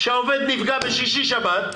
כשהעובד נפגע בשישי-שבת,